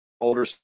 older